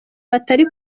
batari